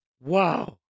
Wow